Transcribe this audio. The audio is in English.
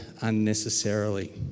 unnecessarily